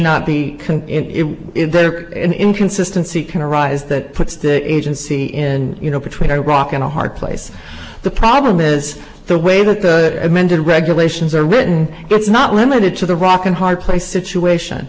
not be can it if there is an inconsistency can arise that puts the agency in you know between iraq and a hard place the problem is the way that the amended regulations are written it's not limited to the rock and hard place situation